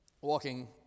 walking